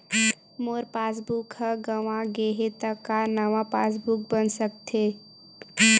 मोर passbook ह गंवा गे हे त का नवा पास बुक बन सकथे?